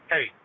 Hey